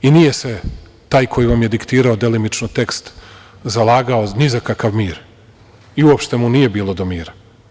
Nije se taj koji vam je diktirao, delimično tekst, zalagao ni za kakav mir i uopšte mu nije bilo do mira.